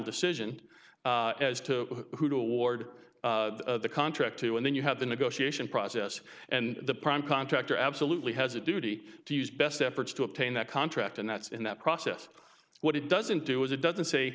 decision as to who to award the contract to and then you have the negotiation process and the prime contractor absolutely has a duty to use best efforts to obtain that contract and that's in that process what it doesn't do is it doesn't say